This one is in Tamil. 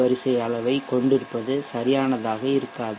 வரிசை அளவைக் கொண்டிருப்பது சரியானதாக இருக்காது